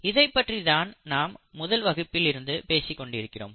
இதைப் பற்றி தான் நாம் முதல் வகுப்பிலிருந்து பேசிக்கொண்டு இருக்கிறோம்